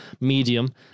medium